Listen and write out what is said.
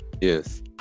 Yes